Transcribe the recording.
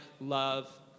love